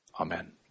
Amen